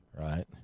right